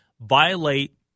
violate